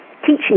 teaching